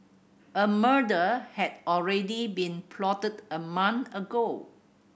a murder had already been plotted a month ago